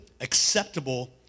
acceptable